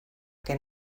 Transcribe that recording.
que